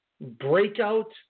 Breakout